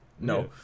no